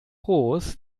groß